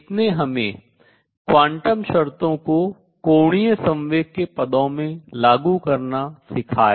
इसने हमें क्वांटम शर्तों को कोणीय संवेग के पदों में लागू करना सिखाया